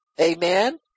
Amen